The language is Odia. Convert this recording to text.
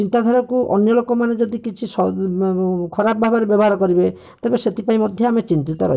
ଚିନ୍ତାଧାରାକୁ ଅନ୍ୟ ଲୋକମାନେ ଯଦି କିଛି ଖରାପ ଭାବରେ ବ୍ୟବହାର କରିବେ ତେବେ ସେଥିପାଇଁ ମଧ୍ୟ ଆମେ ଚିନ୍ତିତ ରହିଛୁ